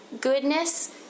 goodness